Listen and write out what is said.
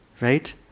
right